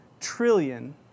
trillion